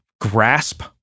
grasp